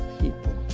People